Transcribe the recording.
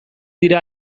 dira